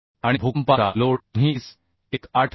आणि भूकंपाचा लोड तुम्ही IS1893 2002